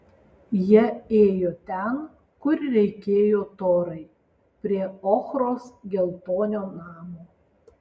jie ėjo ten kur reikėjo torai prie ochros geltonio namo